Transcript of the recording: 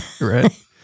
Right